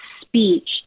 speech